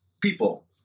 people